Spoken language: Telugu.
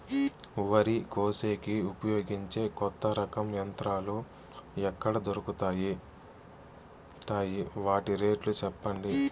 వరి కోసేకి ఉపయోగించే కొత్త రకం యంత్రాలు ఎక్కడ దొరుకుతాయి తాయి? వాటి రేట్లు చెప్పండి?